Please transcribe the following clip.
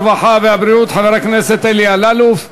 הרווחה והבריאות חבר הכנסת אלי אלאלוף.